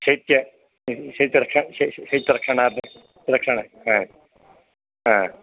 शैत्य शैत्यरक्षा शैत्यरक्षणार्थं रक्षण